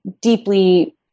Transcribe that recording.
deeply